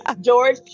George